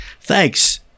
Thanks